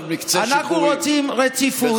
אנחנו רוצים רציפות.